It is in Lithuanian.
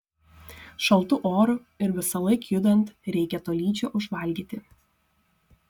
šaltu oru ir visąlaik judant reikia tolydžio užvalgyti